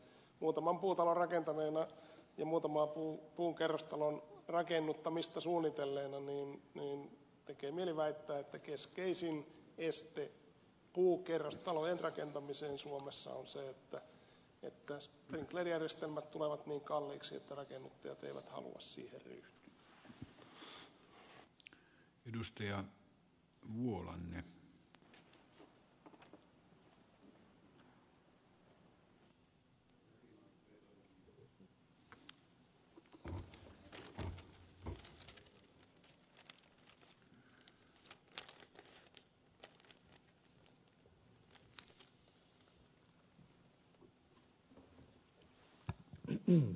muutaman puutalon rakentaneena ja muutaman puukerrostalon rakennuttamista suunnitelleena tekee mieli väittää että keskeisin este puukerrostalojen rakentamiseen suomessa on se että sprinklerijärjestelmät tulevat niin kalliiksi että rakennuttajat eivät halua siihen ryhtyä